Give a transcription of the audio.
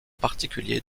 particulier